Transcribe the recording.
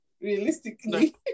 realistically